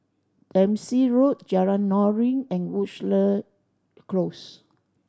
Dempsey Road Jalan Noordin and Woodleigh Close